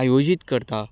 आयोजीत करता